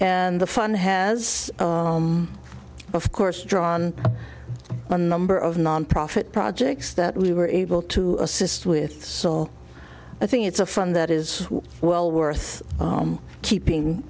and the fund has of course drawn a number of nonprofit projects that we were able to assist with saw i think it's a fund that is well worth keeping